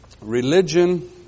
religion